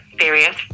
serious